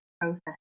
process